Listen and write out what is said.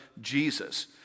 Jesus